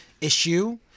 issue